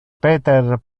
peter